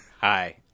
Hi